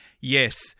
yes